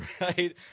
right